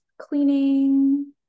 cleaning